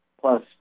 plus